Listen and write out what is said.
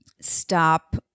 stop